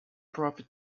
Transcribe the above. profit